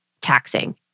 taxing